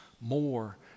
more